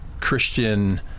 Christian